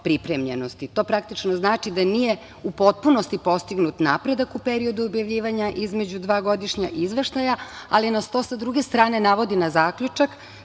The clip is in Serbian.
pripremljenosti. To znači da nije u potpunosti postignut napredak u periodu objavljivanja između dva godišnja izveštaja, ali nas to sa druge strane navodi na zaključak